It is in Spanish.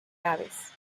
aves